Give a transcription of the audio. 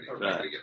Right